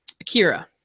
Akira